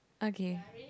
okay